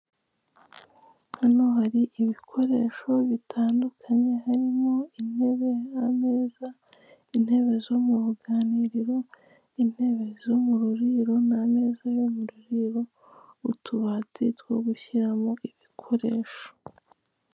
Hano hari ibikoresho bitandukanye harimo intebe ameza intebe zo mu ruganiriro, intebe zo mu ruriro n'ameza yo muriro utubati two gushyiramo ibikoresho.